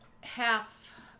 half